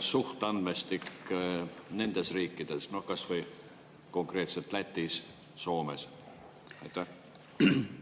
suhtandmestik nendes riikides? Noh, kasvõi konkreetselt Lätis, Soomes.